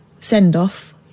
send-off